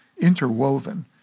interwoven